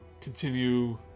continue